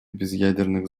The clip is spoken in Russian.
безъядерных